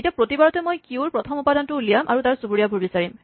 এতিয়া প্ৰতিবাৰতে মই কিউৰ প্ৰথম উপাদানটো উলিয়াম আৰু তাৰ চুবুৰীয়াবোৰ বিচাৰিম